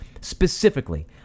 Specifically